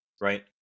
right